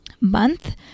month